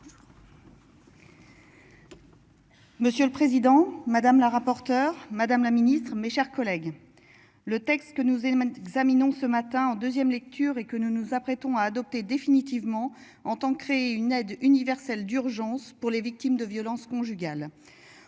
Monsieur le président, madame la rapporteure Madame la Ministre, mes chers collègues. Le texte que nous. Elle mène examinons ce matin en 2ème lecture et que nous nous apprêtons à adopter définitivement en temps créer une aide universelle d'urgence pour les victimes de violences conjugales.